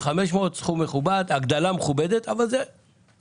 זה סכום מכובד, זאת הגדלה מכובדת, אבל זה חד-פעמי.